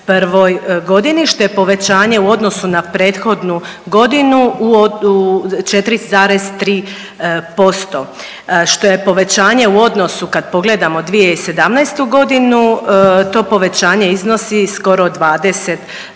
2021.g. što je povećanje u odnosu na prethodnu godinu 4,3%, što je povećanje u odnosu kad pogledamo 2017.g. to povećanje iznosi skoro 20%